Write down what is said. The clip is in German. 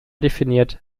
definiert